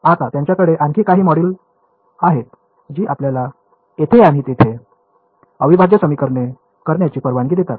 आता त्यांच्याकडे आणखी काही मॉड्यूल आहेत जी आपल्याला येथे आणि तेथे अविभाज्य समीकरणे करण्याची परवानगी देतात